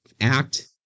act